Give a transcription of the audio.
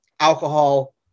Alcohol